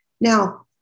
Now